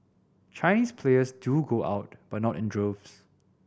Chinese players do go out but not in droves